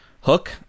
hook